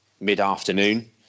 mid-afternoon